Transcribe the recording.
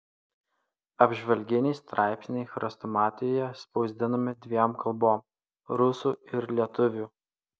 apžvalginiai straipsniai chrestomatijoje spausdinami dviem kalbom rusų ir lietuvių